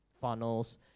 funnels